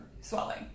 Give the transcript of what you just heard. swelling